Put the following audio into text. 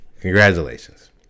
Congratulations